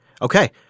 okay